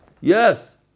Yes